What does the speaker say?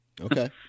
okay